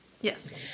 Yes